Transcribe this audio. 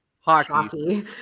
hockey